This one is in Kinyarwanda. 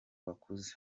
bakuze